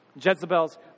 Jezebel's